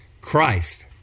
Christ